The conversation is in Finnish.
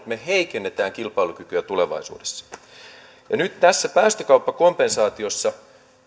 me heikennämme kilpailukykyä tulevaisuudessa nyt tässä päästökauppakompensaatiossa